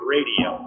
Radio